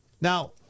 Now